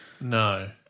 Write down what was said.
No